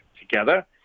together